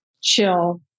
chill